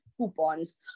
Coupons